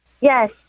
Yes